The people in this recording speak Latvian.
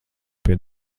pie